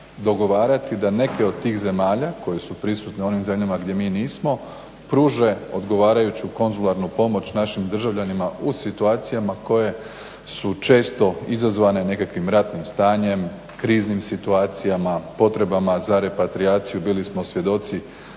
dogovarati da neke od tih zemalja koje su prisutne u onim zemljama gdje mi nismo pruže odgovarajuću konzularnu pomoć našim državljanima u situacijama koje su često izazvane nekakvim ratnim stanjem, kriznim situacijama, potrebama za repatrijaciju. Bili smo svjedoci